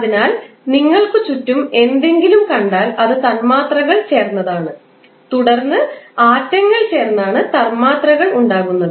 അതിനാൽ നിങ്ങൾക്ക് ചുറ്റും എന്തെങ്കിലും കണ്ടാൽ അത് തന്മാത്രകൾ ചേർന്നതാണ് തുടർന്ന് ആറ്റങ്ങൾ ചേർന്നാണ് തന്മാത്രകൾ ഉണ്ടാകുന്നത്